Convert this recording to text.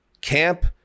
camp